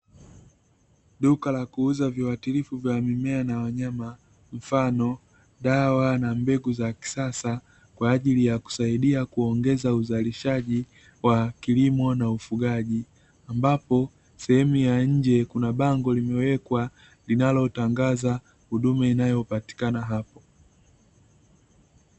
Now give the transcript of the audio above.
Duka la kuuza viwatilifu vya mimea na wanyama mfano dawa na mbegu za kisasa, kwa ajili ya kusaidia kuongeza uzalishaji wa kilimo na ufugaji, ambapo sehemu ya nje kuna bango limewekwa linalotangaza huduma inayopatikana hapo.